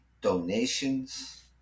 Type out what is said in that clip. donations